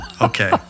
okay